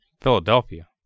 Philadelphia